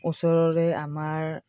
ওচৰৰে আমাৰ